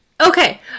Okay